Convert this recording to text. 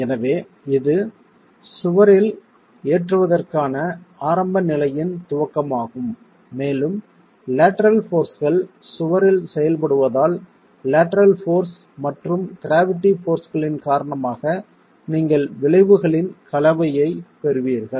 எனவே இது சுவரில் ஏற்றுவதற்கான ஆரம்ப நிலையின் துவக்கமாகும் மேலும் லேட்டரல் போர்ஸ்கள் சுவரில் செயல்படுவதால் லேட்டரல் போர்ஸ் மற்றும் க்ராவிட்டி போர்ஸ்களின் காரணமாக நீங்கள் விளைவுகளின் கலவையைப் பெறுவீர்கள்